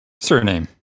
Surname